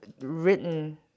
written